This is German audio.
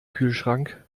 kühlschrank